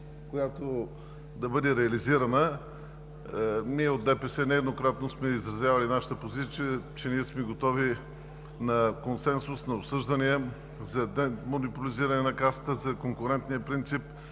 която да бъде реализирана. Ние от ДПС нееднократно сме изразявали нашата позиция, че сме готови на консенсус, на обсъждания, за демонополизиране на Касата, за конкурентния принцип.